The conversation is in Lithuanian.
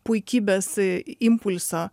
puikybės impulso